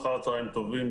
אחר צוהריים טובים.